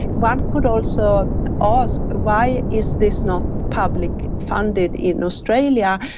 one could also ask why is this not public funded in australia,